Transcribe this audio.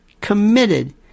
committed